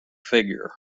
figure